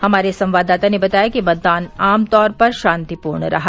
हमारे संवाददाता ने बताया कि मतदान आमतौर पर शान्तिपूर्ण रहा